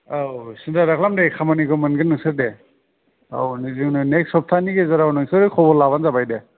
औ सिन्था दाखालाम दे खामानिखौ मोनगोन नोंसोर दे औ जिखुनु नेक्सट सफ्थानि गेजेराव नोंसोर खबर लाबानो जाबाय दे